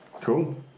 cool